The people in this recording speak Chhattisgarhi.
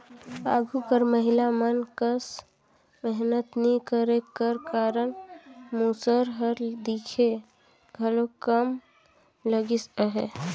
आघु कर महिला मन कस मेहनत नी करे कर कारन मूसर हर दिखे घलो कम लगिस अहे